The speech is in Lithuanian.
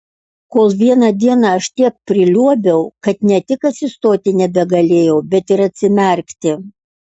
kol vieną dieną aš tiek priliuobiau kad ne tik atsistoti nebegalėjau bet ir atsimerkti